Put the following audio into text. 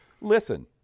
listen